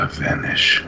vanish